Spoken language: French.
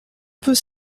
peut